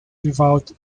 without